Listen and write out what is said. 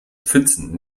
pfützen